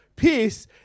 peace